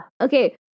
Okay